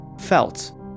felt